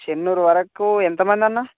చెన్నూరు వరకు ఎంతమంది అన్న